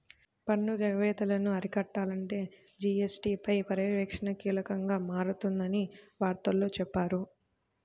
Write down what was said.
పన్ను ఎగవేతలను అరికట్టాలంటే జీ.ఎస్.టీ పై పర్యవేక్షణ కీలకంగా మారనుందని వార్తల్లో చెప్పారు